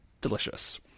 delicious